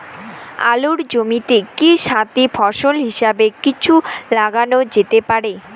আলুর জমিতে কি সাথি ফসল হিসাবে কিছু লাগানো যেতে পারে?